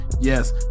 yes